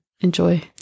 enjoy